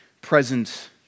present